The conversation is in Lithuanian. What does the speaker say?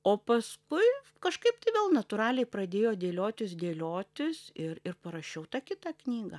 o paskui kažkaip tai vėl natūraliai pradėjo dėliotis dėliotis ir ir parašiau tą kitą knygą